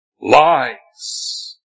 lies